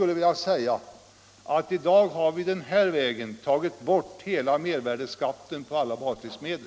I dag har vi på detta sätt tagit bort hela mervärdeskatten på alla baslivsmedel.